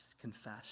confess